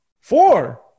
Four